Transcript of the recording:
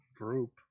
group